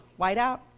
whiteout